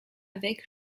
avec